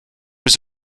was